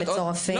מצורפים.